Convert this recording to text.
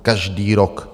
Každý rok.